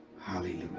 hallelujah